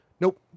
nope